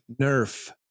Nerf